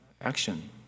action